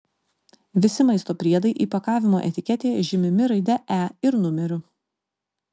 visi maisto priedai įpakavimo etiketėje žymimi raide e ir numeriu